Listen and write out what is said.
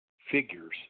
figures